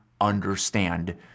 understand